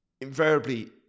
invariably